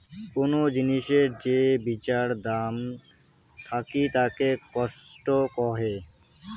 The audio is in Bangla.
কোন জিনিসের যে বিচার দাম থাকিতাকে কস্ট কহে